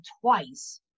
twice